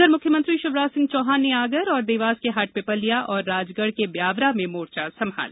उधर मुख्यमंत्री शिवराज सिंह चोहान ने आगर और देवास के हाटपिपल्या और राजगढ़ के ब्यावरा में मोर्चा संभाला